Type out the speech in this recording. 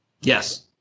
Yes